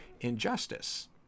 injustice